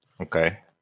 Okay